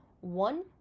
one